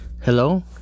Hello